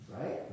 Right